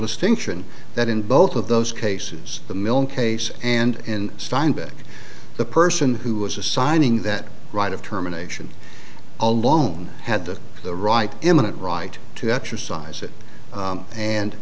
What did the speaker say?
distinction that in both of those cases the milne case and steinbeck the person who was assigning that right of terminations alone had the the right eminent right to exercise it